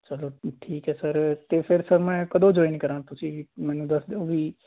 ਚੱਲੋ ਠੀਕ ਹੈ ਸਰ ਅਤੇ ਫਿਰ ਸਰ ਮੈਂ ਕਦੋਂ ਜੁਆਇਨ ਕਰਾਂ ਤੁਸੀਂ ਮੈਨੂੰ ਦੱਸ ਦਿਓ ਵੀ